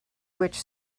which